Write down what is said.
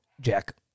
jack